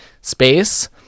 space